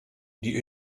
die